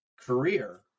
career